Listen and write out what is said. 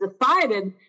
decided